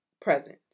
present